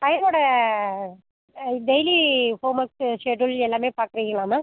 பையனோடய daily uh homework schedule எல்லாமே பார்க்கிறீங்களா ma'am